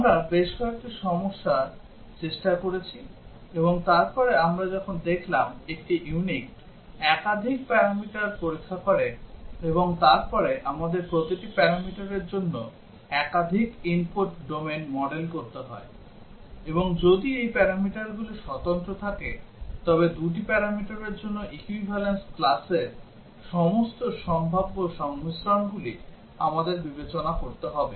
আমরা বেশ কয়েকটি সমস্যার চেষ্টা করেছি এবং তারপরে আমরা যখন দেখলাম একটি ইউনিট একাধিক প্যারামিটার পরীক্ষা করে এবং তারপরে আমাদের প্রতিটি প্যারামিটারের জন্য একাধিক input domain মডেল করতে হয় এবং যদি এই প্যারামিটারগুলি স্বতন্ত্র থাকে তবে দুটি প্যারামিটারের জন্য equivalence classর সমস্ত সম্ভাব্য সংমিশ্রণগুলি আমাদের বিবেচনা করতে হবে